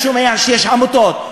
אני שומע שיש עמותות,